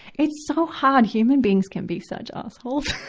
it's so hard. human beings can be such assholes.